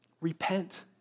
repent